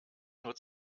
nur